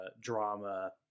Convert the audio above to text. drama